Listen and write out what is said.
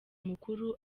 mukuru